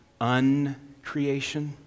uncreation